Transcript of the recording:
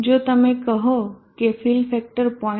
જો તમે કહો કે ફીલ ફેક્ટર 0